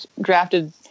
drafted